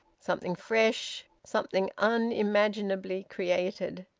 something fresh! something unimaginably created!